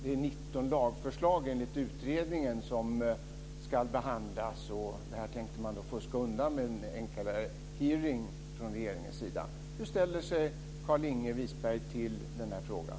Det är enligt utredningen 19 lagförslag som ska behandlas, och detta tänkte man alltså fuska undan med en enkel hearing från regeringens sida. Hur ställer sig Carlinge Wisberg till den här frågan?